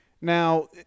Now